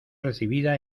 recibida